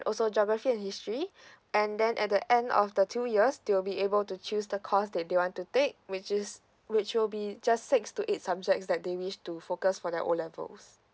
also geography and history and then at the end of the two years they will be able to choose the course that they want to take which is which will be just six to eight subjects that they wish to focus for their O levels